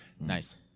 Nice